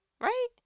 Right